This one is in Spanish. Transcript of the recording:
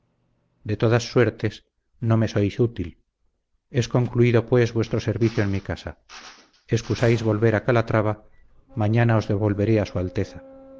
de todas suertes no me sois útil es concluido pues vuestro servicio en mi casa excusáis volver a calatrava mañana os devolveré a su alteza